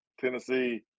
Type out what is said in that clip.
Tennessee